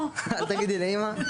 אל תגידי לאימא.